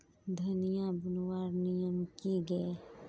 धनिया बूनवार नियम की गे?